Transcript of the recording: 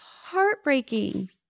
Heartbreaking